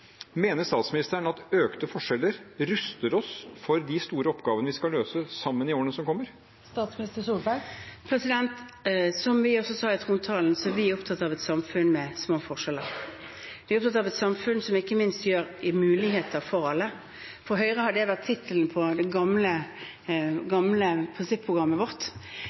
Mener statsministeren at økte forskjeller ruster oss for de store oppgavene vi skal løse sammen i årene som kommer? Som vi også sa i trontalen, er vi opptatt av et samfunn med små forskjeller. Vi er opptatt av et samfunn som ikke minst gir muligheter for alle. Det var også tittelen på Høyres gamle